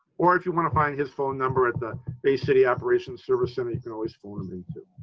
or if you want to find his phone number at the bay city operations service center, you can always phone him too.